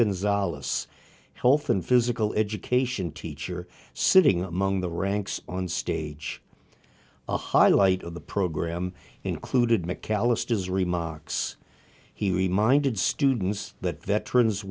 gonzales health and physical education teacher sitting among the ranks on stage the highlight of the program included mcallister's remarks he reminded students that veterans